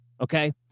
Okay